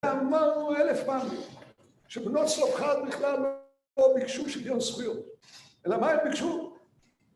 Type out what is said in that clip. אמרנו אלף פעמים שבנות צלופחד בכלל לא ביקשו שוויון זכויות, אלא מה הם ביקשו?